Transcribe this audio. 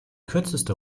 kürzeste